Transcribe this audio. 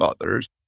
others